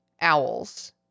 Owls